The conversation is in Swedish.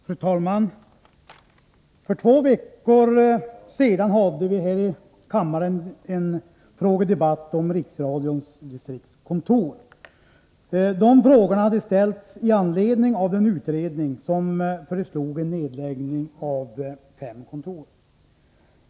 Fru talman! För två veckor sedan hade vi här i kammaren en frågedebatt om Riksradions distriktskontor. Frågorna hade ställts i anledning av den utredning som föreslog en nedläggning av fem kontor.